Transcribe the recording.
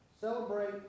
Celebrate